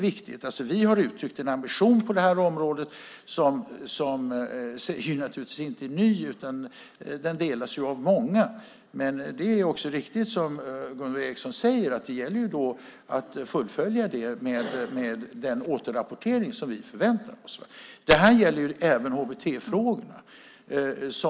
Vi har uttryckt en ambition på det här området som naturligtvis inte är ny utan delas av många. Men det är riktigt, som Gunvor G Ericson säger, att det gäller att den fullföljs med den återrapportering som vi förväntar oss. Det här gäller även HBT-frågorna.